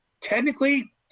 technically